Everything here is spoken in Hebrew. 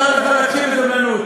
אתה יודע את זה שהוא מפחד.